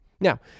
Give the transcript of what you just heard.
Now